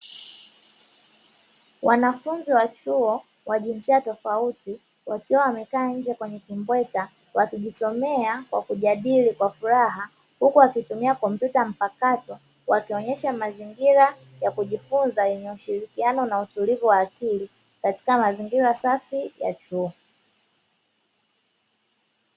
Wanafunzi wa chuo wa jinsia tofauti wakiwa wamekaa nje kwenye kimbweta, wakijisomea kwa kujadili kwa furaha, huku wakitumia kompyuta mpakato, wakionyesha mazingira ya kujifunza yenye ushirikiano na utulivu wa akili, katika mazingira safi ya chuo.